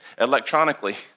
electronically